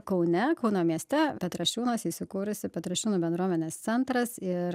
kaune kauno mieste petrašiūnuose įsikūrusi petrašiūnų bendruomenės centras ir